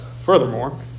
furthermore